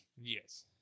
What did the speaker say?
Yes